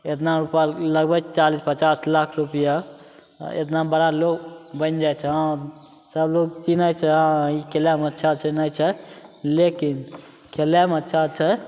एतना रूपा लगबै छियै चालीस पचास लाख रुपैआ एतना बड़ा लोग बनि जाइ छै हँ सब लोग चिन्है छै हँ ई खेलैमे अच्छा छै लेकिन खेलेमे अच्छा छै